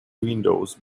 windows